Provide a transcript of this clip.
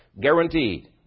Guaranteed